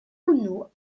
hwnnw